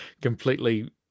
completely